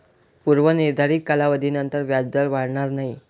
पूर्व निर्धारित कालावधीनंतर व्याजदर वाढणार नाही